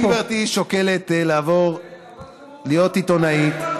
אם גברתי שוקלת לעבור להיות עיתונאית,